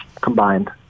combined